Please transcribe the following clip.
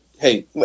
Hey